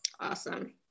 Awesome